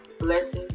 blessings